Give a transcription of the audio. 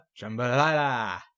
Jambalaya